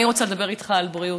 אני רוצה לדבר איתך על בריאות.